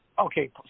Okay